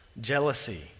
jealousy